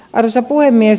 arvoisa puhemies